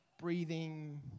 breathing